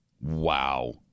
Wow